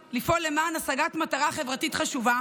לפעול למען השגת מטרה חברתית חשובה,